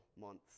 months